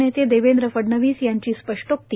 नेते देवेंद्र फडणवीस यांची स्पष्टोक्ती